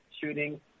shooting